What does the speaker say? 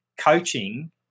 coaching